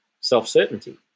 self-certainty